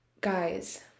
Guys